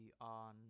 on